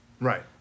Right